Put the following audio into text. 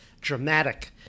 dramatic